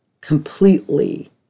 completely